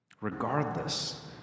regardless